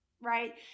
right